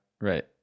Right